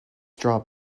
drop